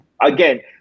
Again